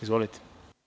Izvolite.